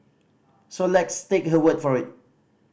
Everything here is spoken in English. so let's take her word for it